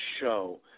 show